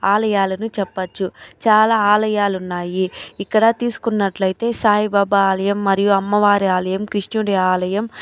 ఆలయాలను చెప్పచ్చు చాలా ఆలయాలు ఉన్నాయి ఇక్కడ తీసుకున్నట్లైతే సాయిబాబా ఆలయం మరియు అమ్మవారి ఆలయం కృష్ణుడు ఆలయం